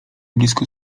blisko